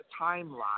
timeline